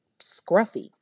scruffy